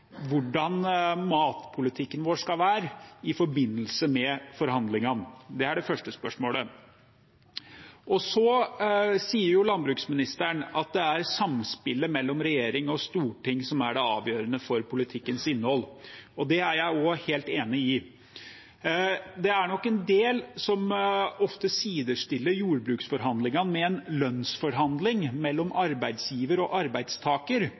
hvordan matpolitikken vår skal være, i forbindelse med forhandlingene? Det er det første spørsmålet. Så sier landbruksministeren at det er samspillet mellom regjering og storting som er det avgjørende for politikkens innhold. Det er jeg også helt enig i. Det er nok en del som ofte sidestiller jordbruksforhandlingene med lønnsforhandling mellom arbeidsgiver og arbeidstaker,